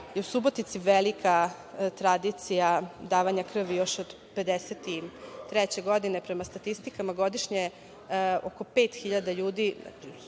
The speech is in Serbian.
je u Subotici velika tradicija davanja krvi još od 1953. godine. Prema statistikama godišnje oko 5000 ljudi